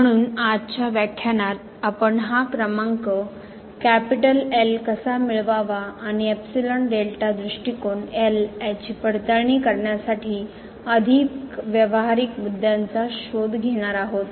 म्हणून आजच्या व्याख्यानात आपण हा क्रमांक L कसा मिळवावा आणि एपिसलन डेल्टा दृष्टिकोन एल याची पडताळणी करण्यासाठी अधिक व्यावहारिक मुद्द्यांचा शोध घेणार आहोत